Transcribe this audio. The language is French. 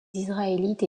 israélites